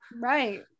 right